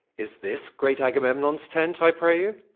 is this great agamemnon's tent, i pray you?